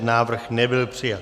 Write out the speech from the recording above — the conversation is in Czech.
Návrh nebyl přijat.